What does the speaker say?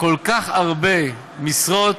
כל כך הרבה משרות